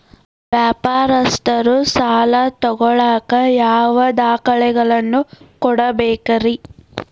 ವ್ಯಾಪಾರಸ್ಥರು ಸಾಲ ತಗೋಳಾಕ್ ಯಾವ ದಾಖಲೆಗಳನ್ನ ಕೊಡಬೇಕ್ರಿ?